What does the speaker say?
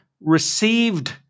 received